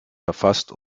verfasst